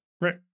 Right